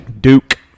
Duke